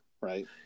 right